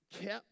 kept